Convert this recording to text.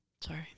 Sorry